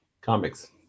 Comics